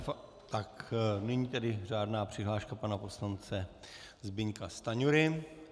A nyní tedy řádná přihláška pana poslance Zbyňka Stanjury.